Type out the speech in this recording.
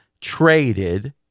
traded